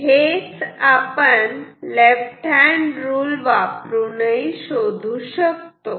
हे आपण left hand rule वापरून शोधू शकतो